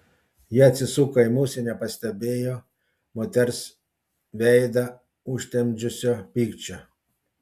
ji atsisuko į mus ir nepastebėjo moters veidą užtemdžiusio pykčio